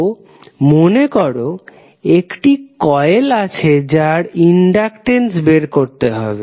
তো মনে করো একটি কয়েল আছে যার ইনডাকটেন্স বের করতে হবে